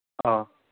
অঁ